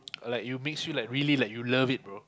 like you makes you like you really like you love it bro